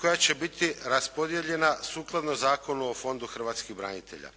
koja će biti raspodijeljena sukladno Zakonu o fondu hrvatskih branitelja.